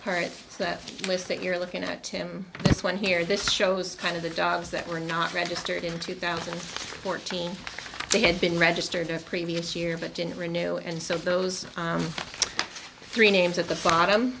of that list that you're looking at him this one here this shows kind of the dogs that were not registered in two thousand and fourteen they had been registered in a previous year but didn't renew and so those three names at the bottom